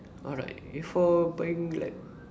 alright before buying like